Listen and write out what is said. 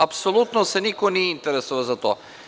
Apsolutno se niko nije interesovao za to.